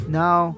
now